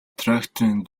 тракторын